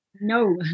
no